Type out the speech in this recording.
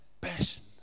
passion